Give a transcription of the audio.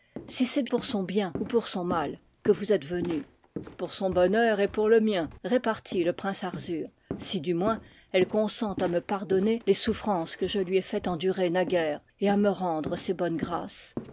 si c'est pour son bien ou pour son mal que vous êtes venu pour son bonheur et pour le mien repartit le prince arzur si du moins elle consent à me pardonner les souf frances que je lui ai fait endurer naguère et à me rendre ses bonnes grâces